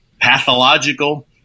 pathological